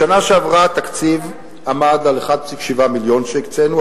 בשנה שעברה התקציב עמד על 1.7 מיליון שהקצינו,